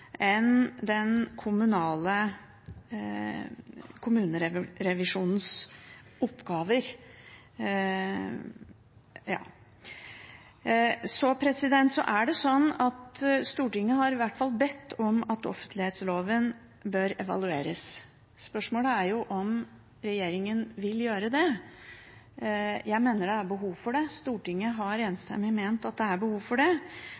den kommunale kommunerevisjonens oppgaver. Stortinget har i hvert fall bedt om at offentlighetsloven evalueres. Spørsmålet er om regjeringen vil gjøre det. Jeg mener det er behov for det. Stortinget har enstemmig ment at det er behov for det,